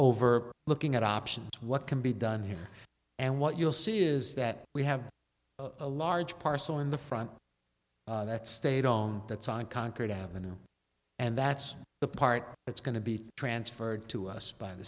over looking at options what can be done here and what you'll see is that we have a large parcel in the front that stayed on that side concord ave and that's the part that's going to be transferred to us by the